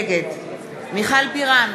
נגד מיכל בירן,